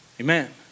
Amen